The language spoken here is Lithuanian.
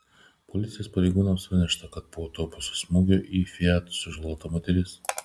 policijos pareigūnams pranešta kad po autobuso smūgio į fiat sužalota moteris